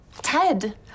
Ted